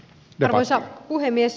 arvoisa puhemies